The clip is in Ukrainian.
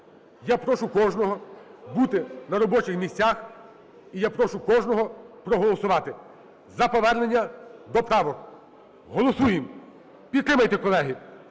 Я прошу кожного бути на робочих місцях і я прошу кожного проголосувати за повернення до правок. Голосуємо. Підтримайте, колеги.